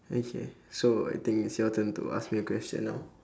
okay so I think it's your turn to ask me a question now